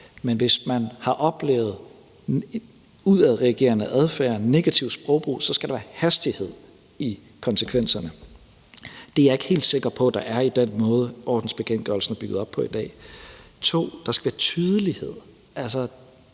men hvis man har oplevet udadreagerende adfærd, negativ sprogbrug, så skal der hastighed i konsekvenserne. Det er jeg ikke helt sikker på der er i den måde, ordensbekendtgørelsen er bygget op på i dag. 2) Der skal være tydelighed.